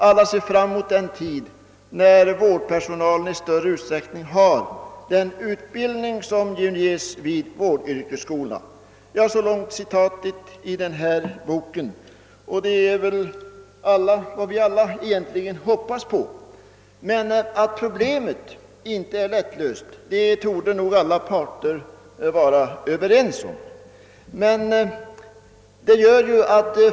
Alla ser fram mot den tid när vårdpersonalen i större utsträckning har den utbildning som nu ges vid vårdyrkesskolorna.» Detta är väl vad vi alla hoppas på. Att problemet inte är lättlöst torde alla parter vara överens om.